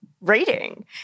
reading